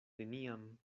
neniam